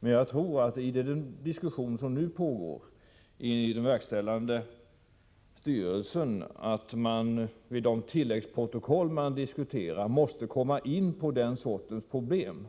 Men jag tror att man i de tilläggsprotokoll som nu diskuteras inom den verkställande styrelsen måste komma in på den sortens problem